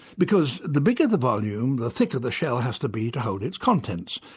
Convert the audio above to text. because the bigger the volume, the thicker the shell has to be to hold its contents,